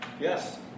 Yes